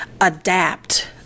adapt